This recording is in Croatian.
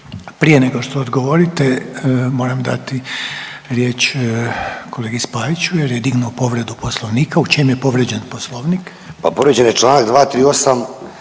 Prije nego što odgovorite moram dati riječ kolegi Spajiću, jer je dignuo povredu Poslovnika. U čem je povrijeđen Poslovnik? **Spajić, Daniel